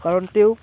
কাৰণ তেওঁক